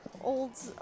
old